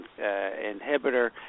inhibitor